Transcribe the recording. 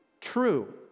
true